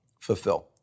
fulfill